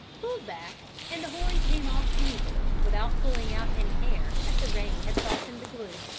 pulled back, and the horn came off easily without pulling out any hair as the rain had softened the glue.